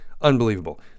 Unbelievable